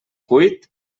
cuit